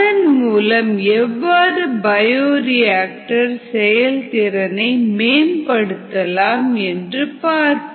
அதன் மூலம் எவ்வாறு பயோரியாக்டர் செயல் திறனை மேம்படுத்தலாம் என்று பார்ப்போம்